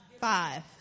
Five